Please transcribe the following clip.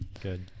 Good